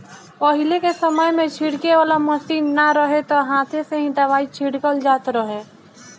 पहिले के समय में छिड़के वाला मशीन ना रहे त हाथे से ही दवाई छिड़कल जात रहे